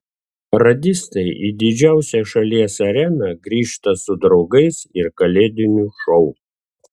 radistai į didžiausią šalies areną grįžta su draugais ir kalėdiniu šou